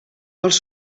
els